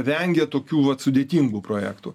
vengia tokių vat sudėtingų projektų